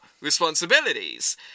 responsibilities